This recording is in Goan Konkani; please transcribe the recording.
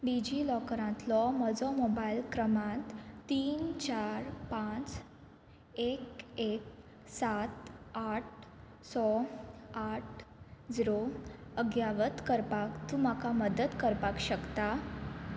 डिजिलॉकरांतलो म्हजो मोबायल क्रमांत तीन चार पांच एक एक सात आठ स आठ झिरो अग्यावत करपाक तूं म्हाका मदत करपाक शकता